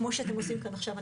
כמו שאתם עושים כאן עכשיו,